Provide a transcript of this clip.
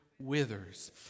withers